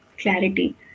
clarity